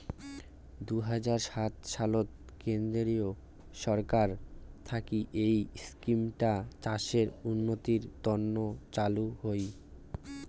দুই হাজার সাত সালত কেন্দ্রীয় ছরকার থাকি এই ইস্কিমটা চাষের উন্নতির তন্ন চালু হই